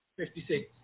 56